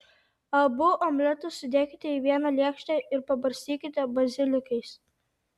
abu omletus sudėkite į vieną lėkštę ir pabarstykite bazilikais